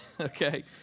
okay